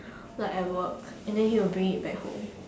like at work and then he will bring it back home